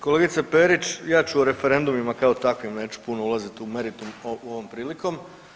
Kolegice Perić, ja ću o referendumima kao takvim neću puno ulazit u meritum ovom prilikom.